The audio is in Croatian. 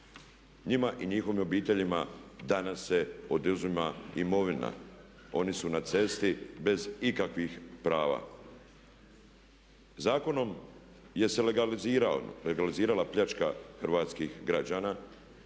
Njima i njihovim obiteljima danas se oduzima imovina. Oni su na cesti bez ikakvih prava. Zakonom se legalizirala pljačka hrvatskih građana.